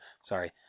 sorry